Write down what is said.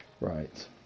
Right